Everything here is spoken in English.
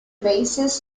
basis